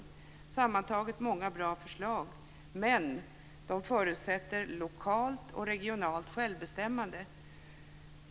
Sammantaget är det många bra förslag, men de förutsätter lokalt och regionalt självbestämmande.